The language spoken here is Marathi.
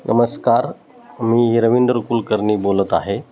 नमस्कार मी रवींद्र कुलकर्नी बोलत आहे